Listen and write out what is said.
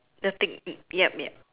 the take uh yup yup